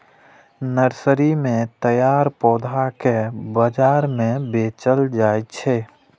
nursery मे तैयार पौधा कें बाजार मे बेचल जाइ छै